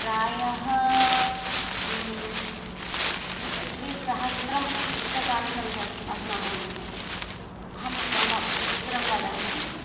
प्रायः त्रि त्रिसहस्रं पुस्तकानि सन्ति अस् अस्माकं गृहे अहं मम पुत्रं वदामि